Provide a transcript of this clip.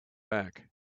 back